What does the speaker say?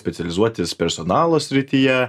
specializuotis personalo srityje